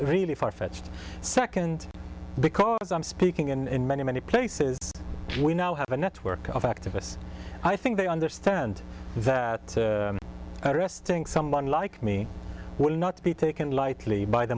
really farfetched second because i'm speaking in many many places we now have a network of activists i think they understand that arresting someone like me will not be taken lightly by the